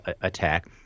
attack